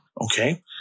Okay